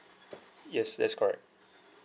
yes that's correct